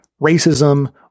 racism